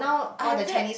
I have read